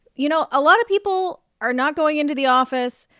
you know, a lot of people are not going into the office.